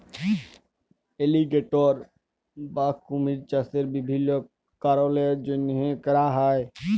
alligator বা কুমিরের চাষ বিভিল্ল্য কারলের জ্যনহে ক্যরা হ্যয়